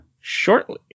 shortly